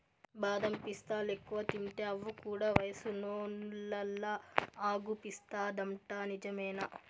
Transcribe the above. బాదం పిస్తాలెక్కువ తింటే అవ్వ కూడా వయసున్నోల్లలా అగుపిస్తాదంట నిజమేనా